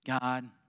God